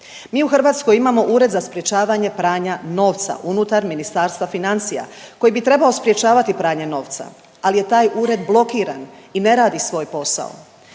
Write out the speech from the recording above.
Mi u Hrvatskoj imamo Ured za sprječavanje pranja novca unutar Ministarstva financija koji bi trebao sprječavati pranje novca, ali je taj ured blokiran i ne radi svoj posao.